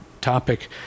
topic